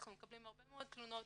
אנחנו מקבלים הרבה מאוד תלונות